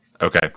Okay